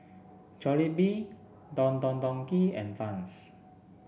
Jollibee Don Don Donki and Vans